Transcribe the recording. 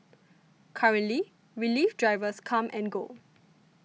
currently relief drivers come and go